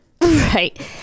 Right